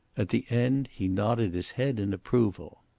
at the end he nodded his head in approval.